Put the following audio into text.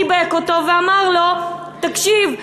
חיבק אותו ואמר לו: תקשיב,